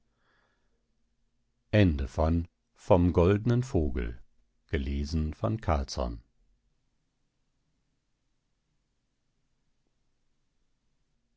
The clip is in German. vom goldnen vogel ein